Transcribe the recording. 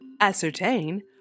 Ascertain